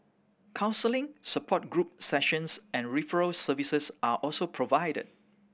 counselling support group sessions and referral services are also provided